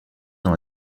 dans